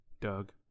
doug